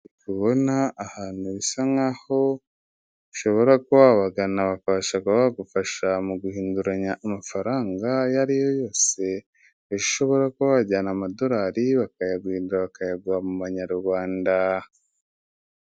Ubona ahantu bisa nk'aho ushobora kuba wabagana bakabasha kuba bagufasha mu guhinduranya amafaranga ayo ari yo yose, aho ushobora kuba wajyana amadolari bakayaguhindurira bakayaguha mu manyarwanda.